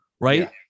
right